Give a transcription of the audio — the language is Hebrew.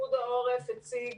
פיקוד העורף הציג,